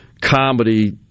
comedy